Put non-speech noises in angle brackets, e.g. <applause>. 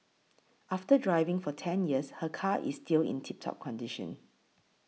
<noise> after driving for ten years her car is still in tip top condition